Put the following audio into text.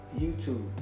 YouTube